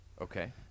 Okay